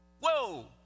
Whoa